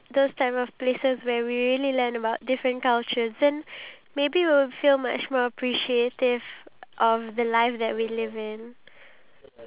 the different countries around that only the locals know but it's not really portrayed out in the media so that's what he does and at the end of the day he's very successful